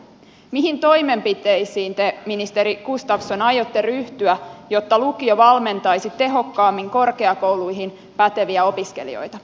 mihin toimenpiteisiin te ministeri gustafsson aiotte ryhtyä jotta lukio valmentaisi tehokkaammin korkeakouluihin päteviä opiskelijoita